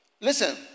Listen